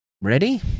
Ready